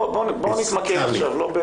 בואו נתמקד עכשיו.